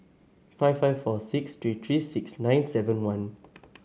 five five four six three three six nine seven one